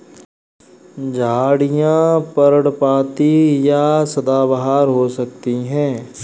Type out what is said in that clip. झाड़ियाँ पर्णपाती या सदाबहार हो सकती हैं